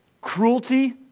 cruelty